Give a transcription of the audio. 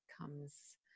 comes